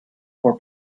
for